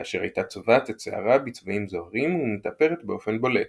כאשר הייתה צובעת את שערה בצבעים זוהרים ומתאפרת באופן בולט,